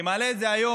אני מעלה את זה היום